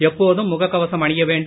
எப்போதும் முகக் கவசம் அணிய வேண்டும்